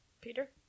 peter